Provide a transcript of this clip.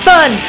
Fun